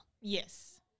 yes